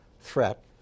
threat